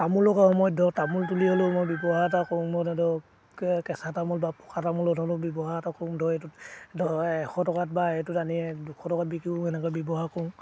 তামোলকৰ সময়ত ধৰক তামোল তুলি হ'লেও মই ব্যৱহাৰ এটা কৰোঁ মই কেঁচা তামোল বা পকা তামোলত হ'লেও ব্যৱহাৰ এটা কৰোঁ ধৰ এইটোত ধৰ এশ টকাত বা এইটোত আনি দুশ টকাত বিকিও তেনেকৈ ব্যৱহাৰ কৰোঁ